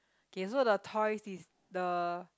okay so the toys is the